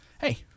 hey